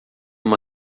uma